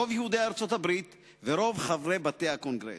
רוב יהודי ארצות-הברית ורוב חברי בתי הקונגרס.